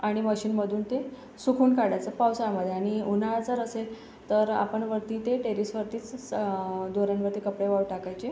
आणि मशीनमधून ते सुकवून काढायचं पावसाळ्यामध्ये आणि उन्हाळ्यात जर असेल तर आपण वरती ते टेरेसवरतीच दोऱ्यांवर ते कपडे वाळू टाकायचे